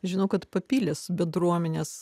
žinau kad papilės bendruomenės